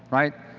right?